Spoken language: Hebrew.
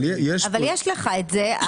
אבל יש לך את זה.